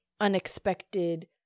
unexpected